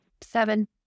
Seven